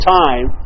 time